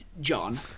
John